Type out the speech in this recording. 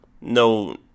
No